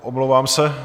Omlouvám se.